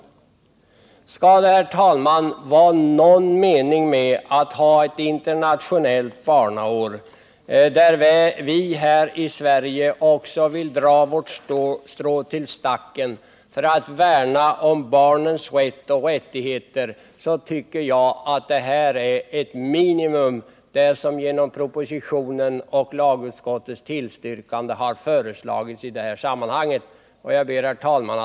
Skall det vara någon mening med att ha ett internationellt barnår, där också vi här i Sverige vill dra vårt strå till stacken för att värna om barnens rätt och rättigheter, innebär propositionens förslag och lagutskottets tillstyrkande härav i detta sammanhang ett minimum. Herr talman!